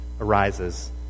arises